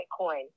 Bitcoin